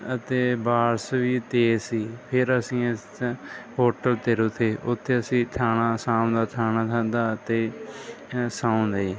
ਅਤੇ ਬਾਰਿਸ਼ ਵੀ ਤੇਜ਼ ਸੀ ਫਿਰ ਅਸੀਂ ਇਸ ਹੋਟਲ 'ਤੇ ਰੁਕੇ ਉੱਥੇ ਅਸੀਂ ਖਾਣਾ ਸ਼ਾਮ ਦਾ ਖਾਣਾ ਖਾਧਾ ਅਤੇ ਸੌ ਗਏ